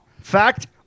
fact